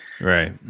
Right